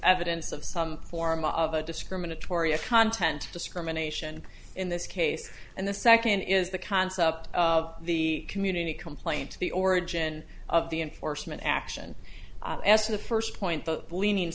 evidence of some form of a discriminatory a content discrimination in this case and the second is the concept of the community complaint the origin of the enforcement action in the first point of leaning